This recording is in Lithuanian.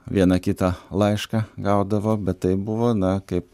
vieną kitą laišką gaudavo bet tai buvo na kaip